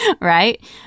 Right